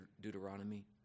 Deuteronomy